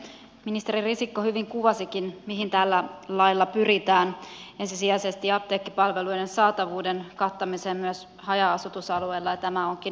ministeri risikko hyvin kuvasikin mihin tällä lailla pyritään ensisijaisesti apteekkipalveluiden saatavuuden kattamiseen myös haja asutusalueilla ja tämä onkin äärimmäisen tärkeää